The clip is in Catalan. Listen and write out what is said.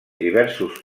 diversos